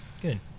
Good